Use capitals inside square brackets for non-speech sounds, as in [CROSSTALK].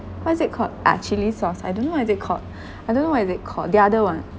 what is it called uh chilli sauce I don't know what is it called [BREATH] I don't know what is it called the other one